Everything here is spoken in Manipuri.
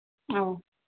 ꯑꯧ